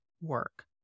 work